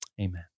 amen